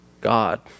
God